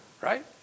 Right